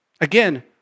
Again